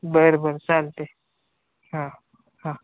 बरं बरं चालते हां हां